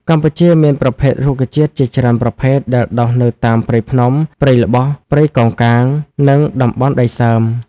កម្ពុជាមានប្រភេទរុក្ខជាតិជាច្រើនប្រភេទដែលដុះនៅតាមព្រៃភ្នំ ព្រៃល្បោះ ព្រៃកោងកាង និងតំបន់ដីសើម។